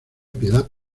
piedad